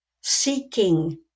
seeking